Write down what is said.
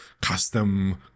custom